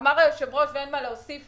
אמר היושב ראש ואין מה להוסיף.